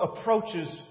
approaches